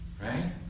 Right